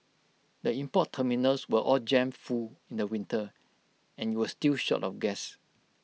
the import terminals were all jammed full in the winter and you were still short of gas